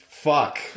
Fuck